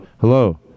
hello